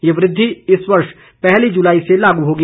ये वृद्धि इस वर्ष पहली जुलाई से लागू होगी